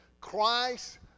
Christ